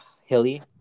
hilly